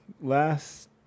last